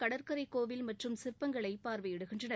கடற்கரை கோவில் மற்றும் சிற்பங்களை பார்வையிடுகின்றனர்